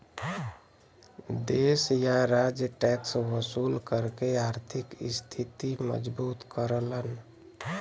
देश या राज्य टैक्स वसूल करके आर्थिक स्थिति मजबूत करलन